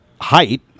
Height